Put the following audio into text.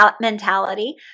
mentality